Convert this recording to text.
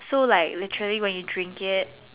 so like literally when you drink it